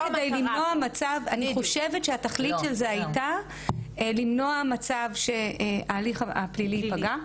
אני חושבת שהתכלית של זה הייתה למנוע מצב שההליך הפלילי ייפגע,